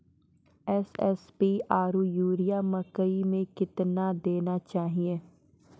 SSP आरु urea मकई मे कितना देना चाहिए?